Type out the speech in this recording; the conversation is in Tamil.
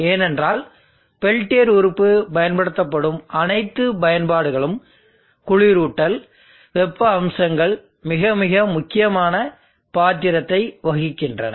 ஏனென்றால் பெல்டியர் உறுப்பு பயன்படுத்தப்படும் அனைத்து பயன்பாடுகளும் குளிரூட்டல் வெப்ப அம்சங்கள் மிக மிக முக்கியமான பாத்திரத்தை வகிக்கின்றன